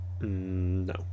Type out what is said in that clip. No